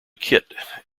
kit